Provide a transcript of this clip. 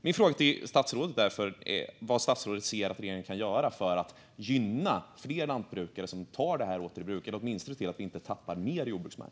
Min fråga till statsrådet är därför: Vad ser statsrådet att regeringen kan göra för att gynna fler lantbrukare som tar marker åter i bruk eller åtminstone ser till att vi inte tappar mer jordbruksmark?